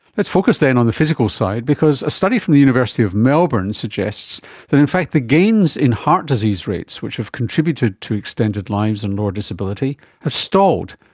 let's focus then on the physical side because a study from the university of melbourne suggests that in fact the gains in heart disease rates which have contributed to extended lives and lower disability have stalled,